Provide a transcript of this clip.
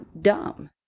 dumb